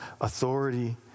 authority